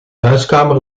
huiskamer